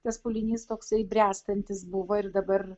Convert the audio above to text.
tas pūlinys toksai bręstantis buvo ir dabar